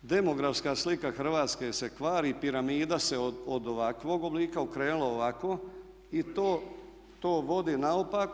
Demografska slika Hrvatske se kvari, piramida se od ovakvog oblika okrenula ovako i to vodi naopako.